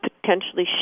potentially